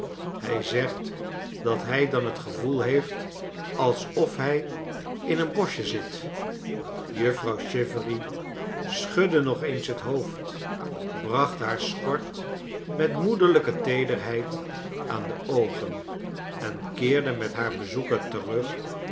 hij zegt dat hij dan het gevoel heeft als of hij in een boschje zit juffrouw chivery schudde nog eens het hoofd bracht haar schort met moederlijke teederheid aan de oogen en keerde xnet haar bezoeker terug